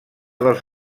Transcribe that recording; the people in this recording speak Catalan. dels